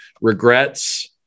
regrets